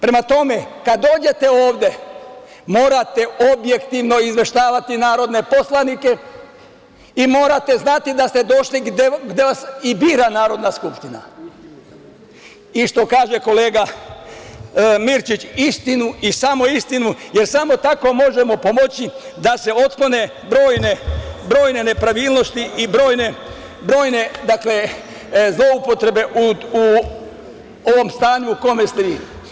Prema tome, kad dođete ovde morate objektivno izveštavati narodne poslanike i morate znati da ste došli gde vas i bira Narodna skupština i što kaže kolega Mirčić - istinu i samo istinu, jer samo tako možemo pomoći da se otklone brojne nepravilnosti i brojne zloupotrebe u ovom stanju u kome ste vi.